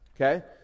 Okay